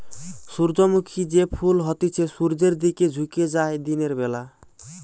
সূর্যমুখী যে ফুল হতিছে সূর্যের দিকে ঝুকে যায় দিনের বেলা